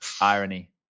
irony